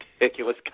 ridiculous